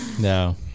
No